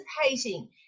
participating